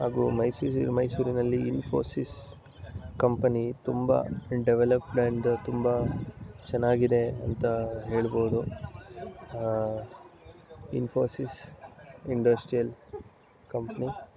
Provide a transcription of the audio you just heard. ಹಾಗೂ ಮೈಸೂರಿನಲ್ಲಿ ಇನ್ಫೋಸಿಸ್ ಕಂಪನಿ ತುಂಬ ಡೆವಲಪ್ಡ್ ಆ್ಯಂಡ್ ತುಂಬ ಚೆನ್ನಾಗಿದೆ ಅಂಥ ಹೇಳ್ಬೋದು ಇನ್ಫೋಸಿಸ್ ಇಂಡಸ್ಟ್ರಿಯಲ್ ಕಂಪ್ನಿ